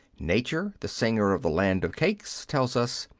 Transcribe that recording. nature, the singer of the land of cakes tells us,